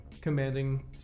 commanding